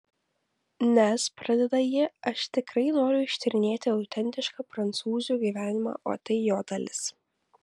nes pradeda ji aš tikrai noriu ištyrinėti autentišką prancūzių gyvenimą o tai jo dalis